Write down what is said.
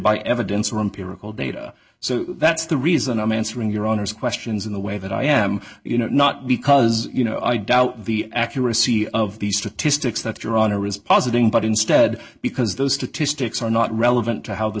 by evidence or empirical data so that's the reason i'm answering your honour's questions in the way that i am you know not because you know i doubt the accuracy of these statistics that your honor is positing but instead because those statistics are not relevant to how the